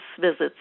visits